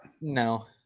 No